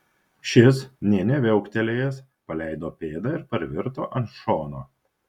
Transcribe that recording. šis nė neviauktelėjęs paleido pėdą ir parvirto ant šono